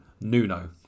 Nuno